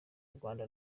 rwanda